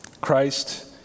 Christ